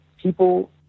people